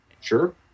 Sure